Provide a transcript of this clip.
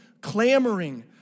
clamoring